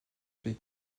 pays